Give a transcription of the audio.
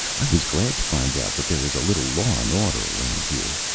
i was glad to find out that there is a little law and order around here.